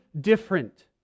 different